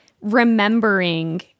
remembering